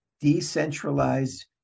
decentralized